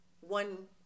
one